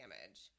damage